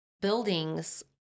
buildings